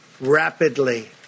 rapidly